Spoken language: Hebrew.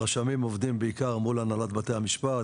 הרשמים עובדים בעיקר מול הנהלת בתי המשפט,